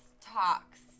talks